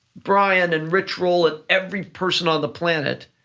bryan and rich roll and every person on the planet,